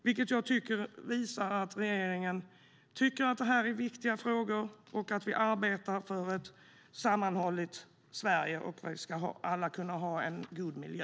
Det tycker jag visar att regeringen tycker att detta är viktiga frågor och arbetar för ett sammanhållet Sverige, där alla ska kunna ha en god miljö.